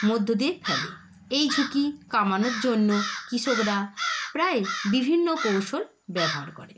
মধ্যে দিয়ে ফেলে এই ঝুঁকি কমানোর জন্য কৃষকরা প্রায় বিভিন্ন কৌশল ব্যবহার করে